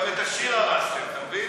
גם את השיר הרסתם, אתה מבין?